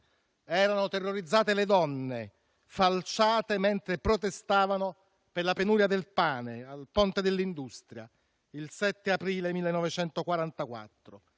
Erano terrorizzate le donne, falciate mentre protestavano per la penuria del pane al ponte dell'Industria, il 7 Aprile 1944.